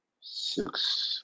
Six